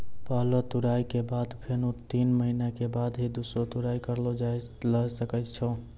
पहलो तुड़ाई के बाद फेनू तीन महीना के बाद ही दूसरो तुड़ाई करलो जाय ल सकै छो